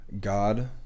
God